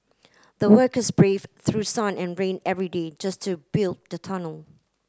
the workers braved through sun and rain every day just to build the tunnel